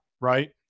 right